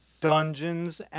Dungeons &